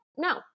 no